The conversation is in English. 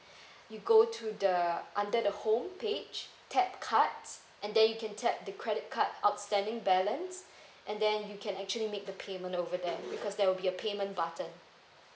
you go to the under the home page tap cards and then you can tap the credit card outstanding balance and then you can actually make the payment over there because there'll be a payment button